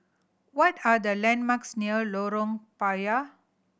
what are the landmarks near Lorong Payah